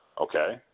Okay